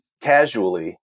casually